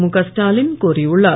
முக ஸ்டாவின் கோரியுள்ளார்